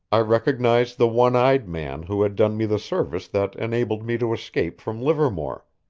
i recognized the one-eyed man who had done me the service that enabled me to escape from livermore.